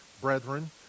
brethren